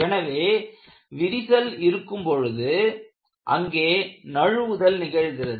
எனவே விரிசல் இருக்கும் பொழுது அங்கே நழுவுதல் நிகழ்கிறது